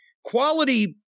quality